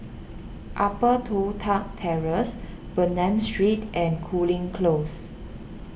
Upper Toh Tuck Terrace Bernam Street and Cooling Close